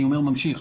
הוא ממשיך.